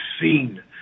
seen